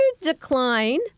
decline